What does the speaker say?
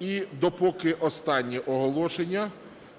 І допоки останнє оголошення